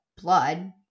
blood